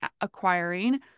acquiring